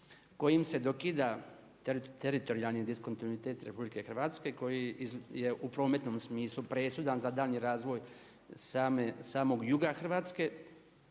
kojim se dokida teritorijalni diskontinuitet Republike Hrvatske koji je u prometnom smislu presudan za daljnji razvoj samog juga Hrvatske